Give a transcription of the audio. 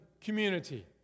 community